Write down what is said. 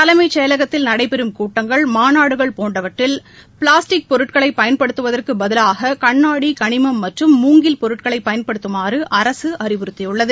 தலைமைச் செயலகத்தில் நடைபெறும் கூட்டங்கள் மாநாடுகள் போன்றவற்றில் பிளாஸ்டிக் பொருட்களை பயன்படுத்துவதற்குப் பதிவாக கண்ணாடி களிமம் மற்றும் மூங்கில் பொருட்களை பயன்படுத்துமாறு அரசு அறிவுறுத்தியுள்ளது